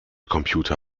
computer